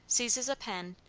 seizes a pen,